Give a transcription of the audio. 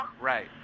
Right